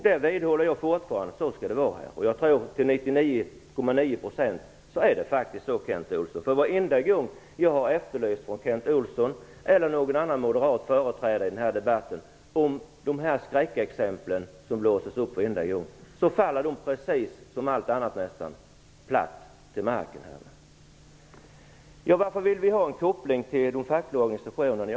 Jag vidhåller fortfarande detta, och jag tror faktiskt också att det till 99,9 % är så, Kent Olsson. Varenda gång som jag från Kent Olsson eller någon annan moderat företrädare efterlyst uppgifter om sådana skräckexempel som man vill blåsa upp, faller de liksom andra påståenden platt till marken. Varför vill vi ha en koppling till den fackliga organisationen?